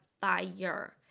fire